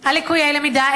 על ליקויי למידה?